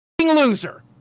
loser